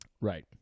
right